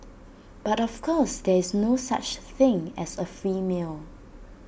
but of course there is no such thing as A free meal